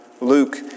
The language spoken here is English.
Luke